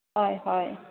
হয় হয়